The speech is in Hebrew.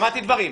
שמעתי דברים,